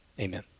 amen